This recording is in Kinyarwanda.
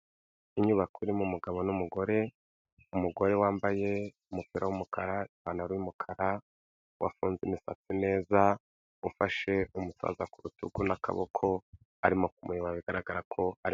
Inyubako irimo umugabo n'umugore, umugore wambaye umupira w'umukara ipantaro y'umukara, wafunze imisatsi neza, ufashe umupaka ku rutugu n'akaboko arimo kumuyobora bigaragara ko ari...